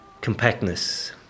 compactness